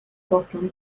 fodlon